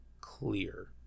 clear